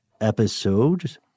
episode